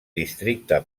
districte